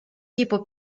tipo